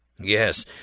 Yes